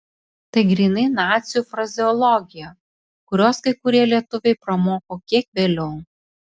tai grynai nacių frazeologija kurios kai kurie lietuviai pramoko kiek vėliau